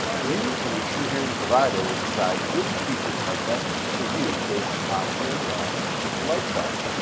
you and your truhearing provider will decide which features are best for you based on hearing loss and your lifestyle.